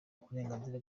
uburenganzira